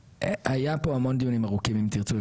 היו פה המון דיונים ארוכים אם תרצו,